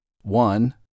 One